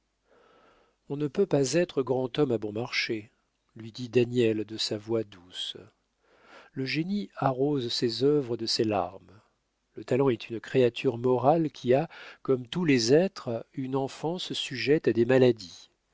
on ne peut pas être grand homme à bon marché lui dit daniel de sa voix douce le génie arrose ses œuvres de ses larmes le talent est une créature morale qui a comme tous les êtres une enfance sujette à des maladies